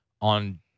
on